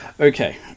Okay